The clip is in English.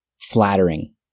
flattering